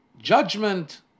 judgment